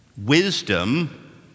Wisdom